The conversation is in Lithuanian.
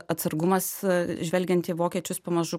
atsargumas žvelgiant į vokiečius pamažu